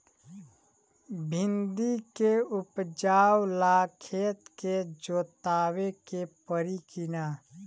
भिंदी के उपजाव ला खेत के जोतावे के परी कि ना?